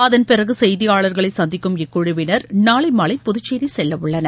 அதன் பிறகு செய்தியாளர்களைச் சந்திக்கும் இக்குழுவினர் நாளை மாலை புதுச்சேரி செல்லவுள்ளனர்